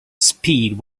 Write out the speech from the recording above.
speed